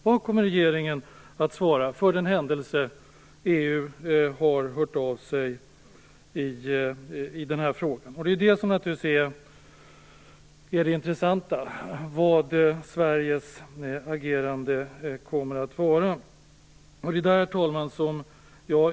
Vad kommer regeringen att svara för den händelse att EU har hört av sig i den här frågan? Det intressanta är naturligtvis vad Sveriges agerande kommer att vara. Herr talman!